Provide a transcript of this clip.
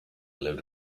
lived